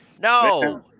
No